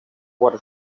quart